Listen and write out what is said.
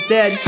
Dead